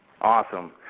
Awesome